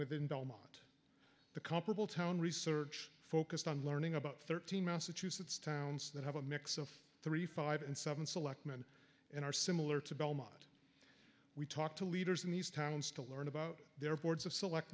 within belmont the comparable town research focused on learning about thirteen massachusetts towns that have a mix of thirty five and seven selectman and are similar to belmont we talked to leaders in these towns to learn about their boards of select